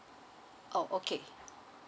oh okay